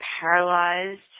paralyzed